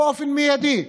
באופן מיידי,